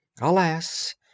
Alas